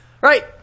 right